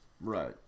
Right